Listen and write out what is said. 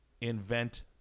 invent